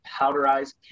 powderized